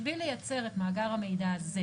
בשביל לייצר את מאגר המידע הזה,